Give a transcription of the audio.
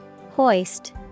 Hoist